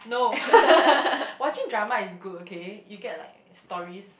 no watching drama is good okay you get like stories